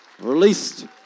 Released